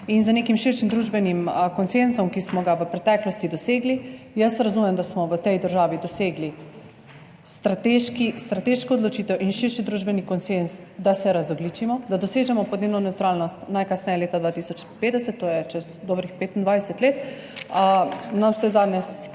in z nekim širšim družbenim konsenzom, ki smo ga v preteklosti dosegli, jaz razumem, da smo v tej državi dosegli strateško odločitev in širši družbeni konsenz, da se razogljičimo, da dosežemo podnebno nevtralnost najkasneje leta 2050, to je čez dobrih 25 let. Navsezadnje